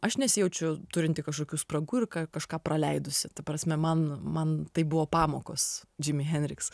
aš nesijaučiu turinti kažkokių spragų ir ka kažką praleidusi ta prasme man man tai buvo pamokos džimi henriks